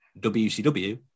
WCW